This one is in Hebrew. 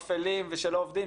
אפלים ושלא עובדים,